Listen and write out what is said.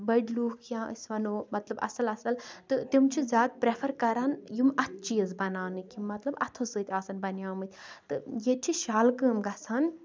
بٔڑ لُکھ یا أسۍ وَنو مطلب اَصٕل اَصٕل تہٕ تِم چھِ زیادٕ پریفر کران یِم اَتھٕ چیٖز بَناونٕکۍ مطلب اَتھو سۭتۍ آسن بَنے مٕتۍ تہٕ ییٚتہِ چھِ شالہٕ کٲم گژھان